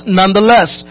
nonetheless